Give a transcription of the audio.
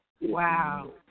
Wow